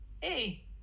hey